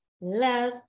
love